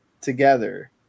together